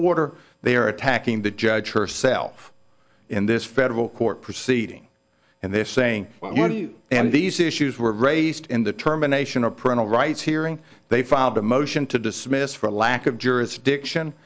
order they are attacking the judge herself in this federal court proceeding and they are saying well you and these issues were raised in the terminations or parental rights hearing they filed a motion to dismiss for lack of jurisdiction